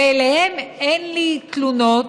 ואליהם אין לי תלונות